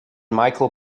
michael